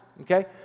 okay